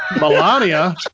Melania